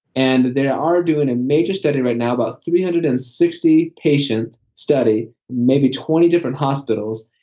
and they are are doing a major study right now, about three hundred and sixty patient study, maybe twenty different hospitals,